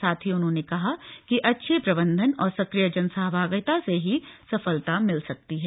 साथ ही उन्होंने कहा कि अच्छे प्रबंधन और सक्रिय जनसहभागिता से ही सफलता मिल सकती है